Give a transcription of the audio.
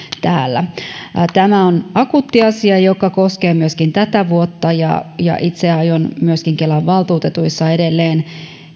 täällä tämä on akuutti asia joka koskee myöskin tätä vuotta ja ja itse aion myöskin kelan valtuutetuissa edelleen